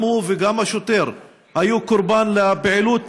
גם הוא וגם השוטר היו קורבן לפעילות